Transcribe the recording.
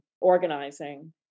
Organizing